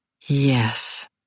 Yes